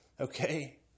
Okay